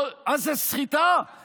זה סחיטה, זה סחיטה?